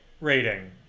rating